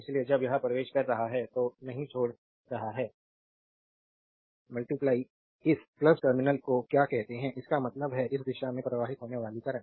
इसलिए जब यह प्रवेश कर रहा है तो नहीं छोड़ रहा है इस टर्मिनल को क्या कहते हैं इसका मतलब है इस दिशा में प्रवाहित होने वाली करंट